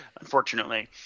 unfortunately